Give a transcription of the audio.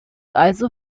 also